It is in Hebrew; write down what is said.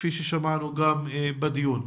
כפי ששמענו גם בדיון.